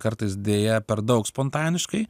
kartais deja per daug spontaniškai